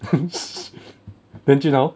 then jun hao